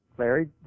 Larry